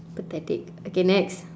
pathetic okay next